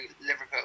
Liverpool